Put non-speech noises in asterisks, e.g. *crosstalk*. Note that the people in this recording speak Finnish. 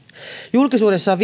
julkisuudessa on *unintelligible*